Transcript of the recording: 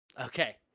Okay